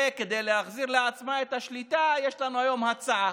וכדי להחזיר לעצמה את השליטה יש לנו היום הצעה.